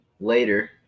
later